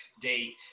date